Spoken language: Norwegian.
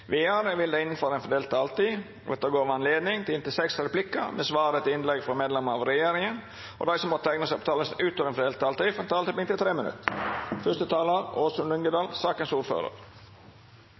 Vidare vil det – innanfor den fordelte taletida – bli gjeve høve til inntil seks replikkar med svar etter innlegg frå medlemmer av regjeringa, og dei som måtte teikna seg på talarlista utover den fordelte taletida, får ei taletid på inntil 3 minutt. Første talar